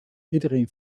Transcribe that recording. iedereen